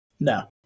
No